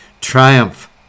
triumph